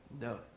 No